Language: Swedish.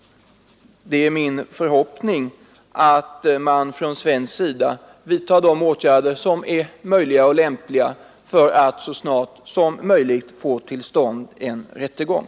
Det är min förhoppning att man från svenskt håll vidtar de åtgärder som är möjliga och lämpliga för att så snart som möjligt få till stånd en rättegång.